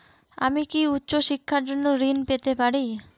আমি কি উচ্চ শিক্ষার জন্য ঋণ পেতে পারি?